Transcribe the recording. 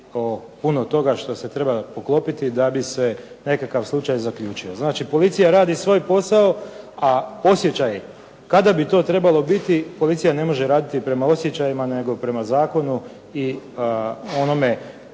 puno toga što se treba poklopiti da bi se nekakav slučaj zaključio. Znači policija radi svoj posao, a osjećaj kada bi to trebalo biti, policija ne može raditi prema osjećajima, nego prema zakonu i onome